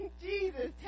Jesus